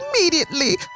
immediately